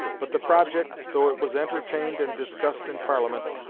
but the project, though it was entertained and discussed in parliament,